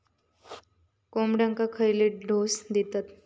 कोंबड्यांक खयले डोस दितत?